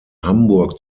hamburg